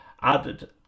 added